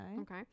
Okay